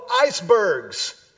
Icebergs